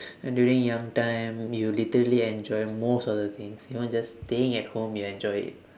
and during young time you literally enjoy most of the things even just staying at home you'll enjoy it